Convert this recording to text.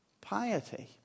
piety